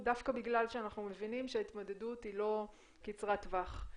דווקא בגלל שאנחנו מבינים שההתמודדות היא לא קצרת טווח.